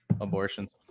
abortions